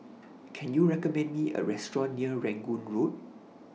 Can YOU recommend Me A Restaurant near Rangoon Road